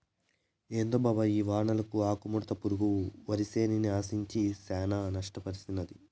ఏందో బావ ఈ వానలకు ఆకుముడత పురుగు వరిసేన్ని ఆశించి శానా నష్టపర్సినాది